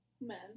men